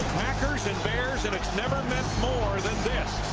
packers and bears and it's never meant more than this.